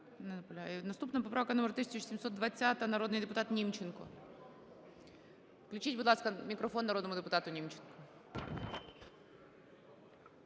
Наступна поправка номер 1720, народний депутат Німченко. Включіть, будь ласка, мікрофон народному депутату Німченко.